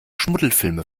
schmuddelfilme